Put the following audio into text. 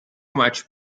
much